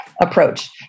approach